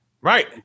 Right